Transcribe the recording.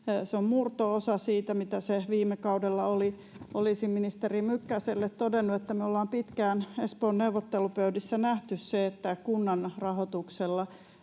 se on murto-osa siitä, mitä se viime kaudella oli. Olisin ministeri Mykkäselle todennut, että me ollaan pitkään Espoon neuvottelupöydissä nähty se, että kunnan rahoituksella